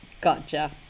Gotcha